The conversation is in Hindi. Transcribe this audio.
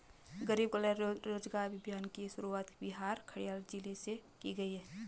गरीब कल्याण रोजगार अभियान की शुरुआत बिहार के खगड़िया जिले से की गयी है